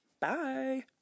bye